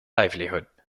livelihood